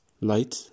light